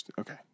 Okay